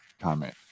comment